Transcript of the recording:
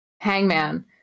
Hangman